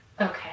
Okay